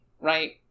right